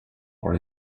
for